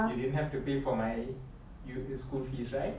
you didn't have to pay for my you eh school fees right